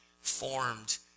formed